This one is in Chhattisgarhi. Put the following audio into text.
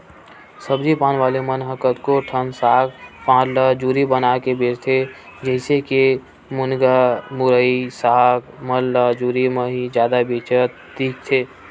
सब्जी पान वाले मन ह कतको ठन साग पान ल जुरी बनाके बेंचथे, जइसे के मुनगा, मुरई, साग मन ल जुरी म ही जादा बेंचत दिखथे